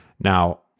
Now